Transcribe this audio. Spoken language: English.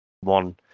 One